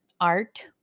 Art